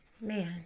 man